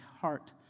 heart